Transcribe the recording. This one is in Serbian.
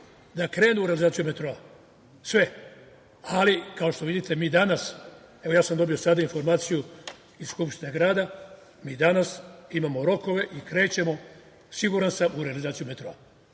da krenu u realizaciju metroa, sve. Ali, kao što vidite, mi danas, evo ja sam dobio sada informaciju iz Skupštine grada, mi danas imamo rokove i krećemo, siguran sam, u realizaciju